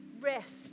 Rest